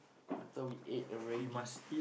I thought we ate already